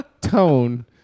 tone